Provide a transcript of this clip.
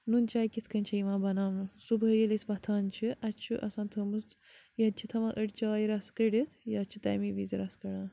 نُن چاے کِتھ کٔنۍ چھِ یِوان بَناونہٕ صُبحٲے ییٚلہِ أسۍ وۄتھان چھِ اَسہِ چھُ آسان تھٲومٕژ ییٚتہِ چھِ تھاوان أڈۍ چایہِ رَس کٔڑِتھ یا چھِ تمی وِزِ رَس کَڑان